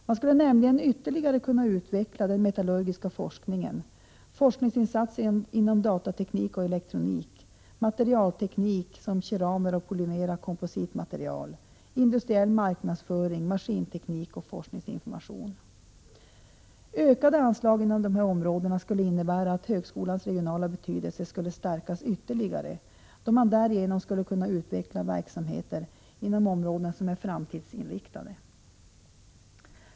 Man skulle nämligen ytterligare kunna utveckla den metallurgiska forskningen, forskningsinsatserna inom datateknik och elektronik, materialteknik som keramer och polymera kompositmaterial, industriell marknadsföring, maskinteknik och forskningsinformation. Ökade anslag inom dessa områden skulle innebära att högskolans regionala betydelse skulle stärkas än mer, då man därigenom skulle kunna bygga upp verksamheter inom områden som är framtidsinriktade.